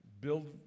build